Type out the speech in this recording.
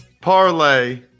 Parlay